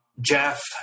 Jeff